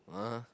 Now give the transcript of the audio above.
!huh!